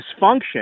dysfunction